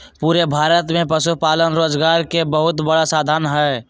पूरे भारत में पशुपालन रोजगार के बहुत बड़ा साधन हई